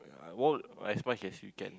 I will as much as you can